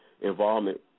involvement